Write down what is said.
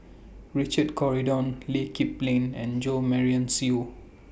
Richard Corridon Lee Kip Lin and Jo Marion Seow